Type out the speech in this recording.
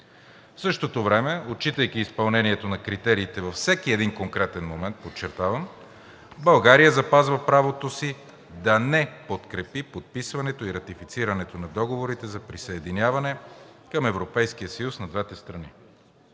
В същото време, отчитайки изпълнението на критериите във всеки един конкретен момент, подчертавам, България запазва правото си да не подкрепи подписването и ратифицирането на договорите за присъединяване към Европейския съюз на двете страни.